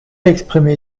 exprimée